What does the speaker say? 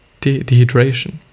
Dehydration